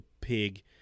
pig